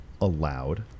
allowed